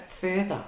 further